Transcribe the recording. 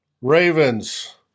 Ravens